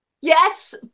Yes